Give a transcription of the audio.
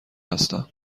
هستم